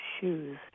shoes